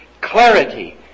clarity